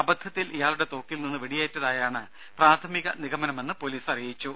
അബദ്ധത്തിൽ ഇയാളുടെ തോക്കിൽ നിന്ന് വെടിയേറ്റതായാണ് പ്രാഥമിക നിഗമനമെന്ന് പോലീസ് അറിയിച്ചു